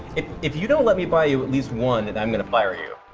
if you don't let me buy you at least one, then i'm going to fire you.